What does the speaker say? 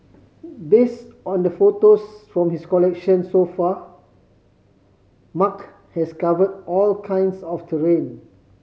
based on the photos from his collection so far Mark has covered all kinds of terrain